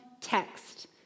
text